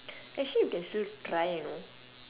actually you can still try you know